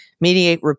Mediate